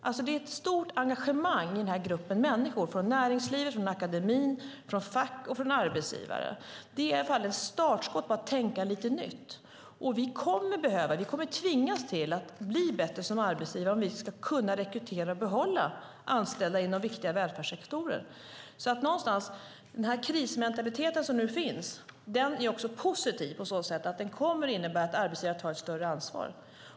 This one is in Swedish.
Det är alltså ett stort engagemang i den här gruppen människor från näringsliv, akademi, fack och arbetsgivare. Det är i alla fall ett startskott till att tänka lite nytt. Vi kommer att tvingas bli bättre som arbetsgivare om vi ska kunna rekrytera och behålla anställda inom viktiga välfärdssektorer. Den krismentalitet som nu finns är också positiv på så sätt att den kommer att innebära att arbetsgivare tar ett större ansvar.